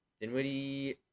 Dinwiddie